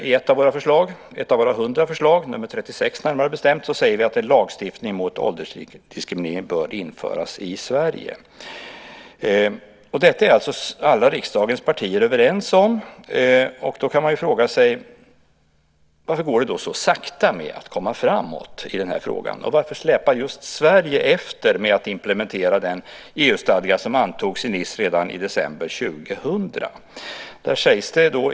I ett av våra 100 förslag, nr 36 närmare bestämt, säger vi att en lagstiftning mot åldersdiskriminering bör införas i Sverige. Detta är alltså alla riksdagens partier överens om. Då kan man fråga sig varför det går så sakta med att komma framåt i den här frågan. Varför släpar just Sverige efter med att implementera den EU-stadga som antogs i Nice redan i december 2000?